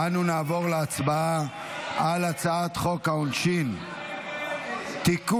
אנו נעבור להצבעה על הצעת חוק העונשין (תיקון,